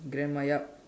grandma ya